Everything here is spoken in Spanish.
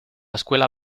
escuela